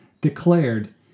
declared